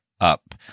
up